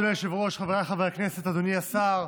אדוני היושב-ראש, חבריי חברי הכנסת, אדוני השר,